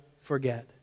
forget